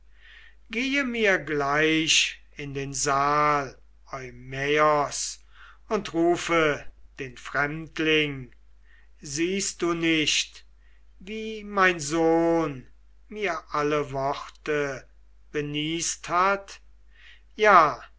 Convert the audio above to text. gehe mir gleich in den saal eumaios und rufe den fremdling siehst du nicht wie mein sohn mir alle worte beniest hat ja